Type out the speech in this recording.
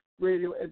Radio